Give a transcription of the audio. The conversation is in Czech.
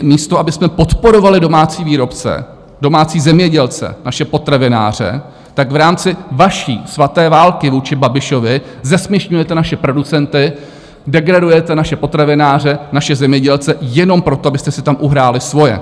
Místo abychom podporovali domácí výrobce, domácí zemědělce, naše potravináře, tak v rámci vaší svaté války vůči Babišovi zesměšňujete naše producenty, degradujete naše potravináře, naše zemědělce jenom proto, abyste si tam uhráli svoje.